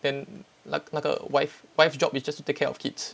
then 那那个 wife wife job is just to take care of kids